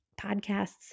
podcasts